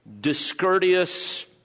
discourteous